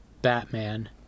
batman